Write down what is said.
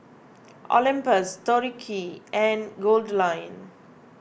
Olympus Tori Q and Goldlion